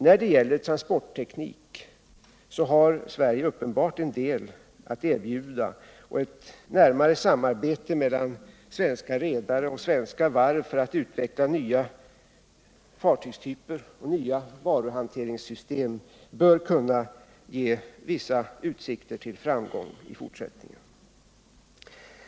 När det gäller transportteknik har Sverige uppenbart en del att erbjuda och ett närmare samarbete mellan svenska redare och svenska varv för att utveckla nya fartygstyper och nya varuhanteringssystem bör kunna ha vissa utsikter till framgång i fortsättningen.